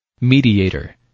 Mediator